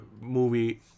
movie